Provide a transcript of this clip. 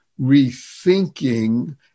Rethinking